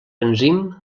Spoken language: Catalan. enzim